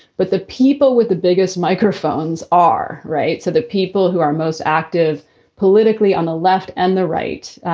but the people with the biggest microphones are right. so the people who are most active politically on the left and the right,